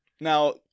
Now